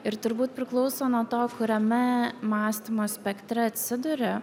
ir turbūt priklauso nuo to kuriame mąstymo spektre atsiduri